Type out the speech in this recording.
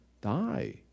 Die